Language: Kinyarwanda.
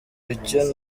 icyo